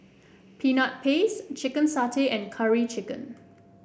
Peanut Paste Chicken Satay and Curry Chicken